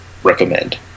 recommend